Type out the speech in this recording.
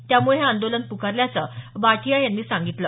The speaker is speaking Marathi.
त्यामुळे हे आंदोलन पुकारल्याचं बाठिया यांनी सांगितलं